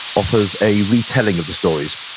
offers a retelling of the stories.